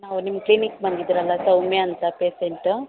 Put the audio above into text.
ನಾವು ನಿಮ್ಮ ಕ್ಲಿನಿಕ್ ಬಂದಿದ್ರಲ್ಲ ಸೌಮ್ಯ ಅಂತ ಪೇಷೆಂಟ್